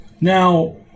now